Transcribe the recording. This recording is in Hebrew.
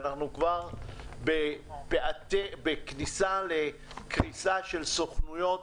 ואנו כבר בכניסה לקריסה של סוכנויות